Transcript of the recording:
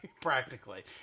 practically